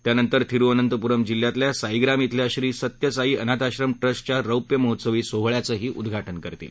त्यानंतर तिरुअनंतपुरम जिल्ह्यातल्या साईग्राम झिल्या श्री सत्य साई अनाथाश्रम ट्रस्टच्या रौप्यमहोत्सवी सोहळ्याचही उद्घाटन करतील